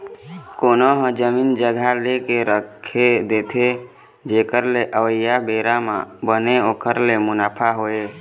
कोनो ह जमीन जघा लेके रख देथे जेखर ले अवइया बेरा म बने ओखर ले मुनाफा होवय